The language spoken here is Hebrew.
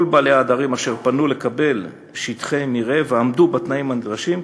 כל בעלי העדרים אשר פנו לקבל שטחי מרעה ועמדו בתנאים הנדרשים,